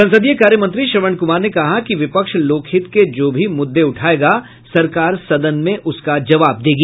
संसदीय कार्य मंत्री श्रवण कुमार ने कहा कि विपक्ष लोकहित के जो भी मुद्दे उठायेगा सरकार सदन में उसका जवाब देगी